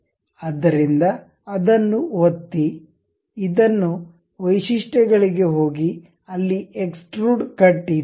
ಆದ್ದರಿಂದ ಅದನ್ನು ಒತ್ತಿ ಇದನ್ನು ವೈಶಿಷ್ಟ್ಯಗಳಿಗೆ ಹೋಗಿ ಅಲ್ಲಿ ಎಕ್ಸ್ಟ್ರುಡ್ ಕಟ್ ಇದೆ